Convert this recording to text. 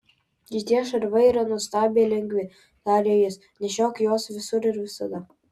šitie šarvai yra nuostabiai lengvi tarė jis nešiok juos visur ir visada